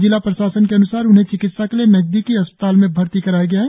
जिला प्रशासन के अन्सार उन्हें चिकित्सा के लिए नजदीकी अस्पताल में भर्ती कराया गया है